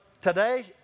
today